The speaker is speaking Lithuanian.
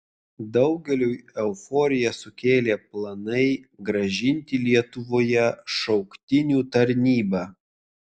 daugeliui euforiją sukėlė planai grąžinti lietuvoje šauktinių tarnybą